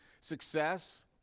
success